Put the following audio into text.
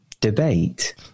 debate